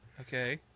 Okay